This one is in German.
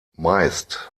meist